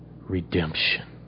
redemption